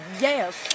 Yes